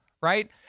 right